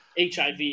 HIV